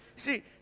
see